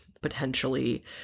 potentially